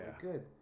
good